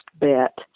bet